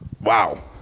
Wow